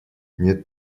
нет